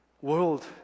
world